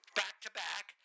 back-to-back